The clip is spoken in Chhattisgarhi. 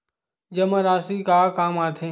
जमा राशि का काम आथे?